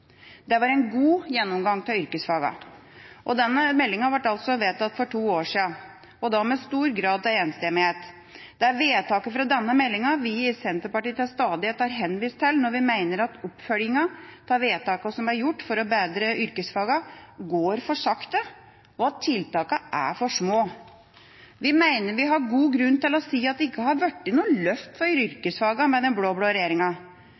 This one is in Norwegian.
Det var en god gjennomgang av yrkesfagene. Denne meldinga ble vedtatt for to år siden, og da med stor grad av enstemmighet. Det er vedtakene fra denne meldinga vi i Senterpartiet til stadighet har henvist til når vi mener at oppfølginga av vedtakene som er gjort for å bedre yrkesfagene, går for sakte, og at tiltakene er for små. Vi mener vi har god grunn til å si at det ikke har blitt noe løft for yrkesfagene med den blå-blå regjeringa.